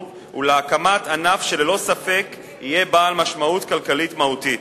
ולהקמת ענף שללא ספק יהיה בעל משמעות כלכלית מהותית.